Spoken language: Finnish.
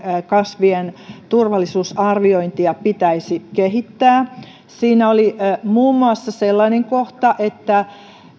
kasvien turvallisuusarviointia pitäisi kehittää siinä oli muun muassa sellainen kohta että